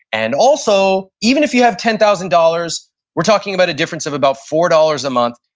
and also even if you have ten thousand dollars we're talking about a difference of about four dollars a month.